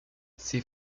ces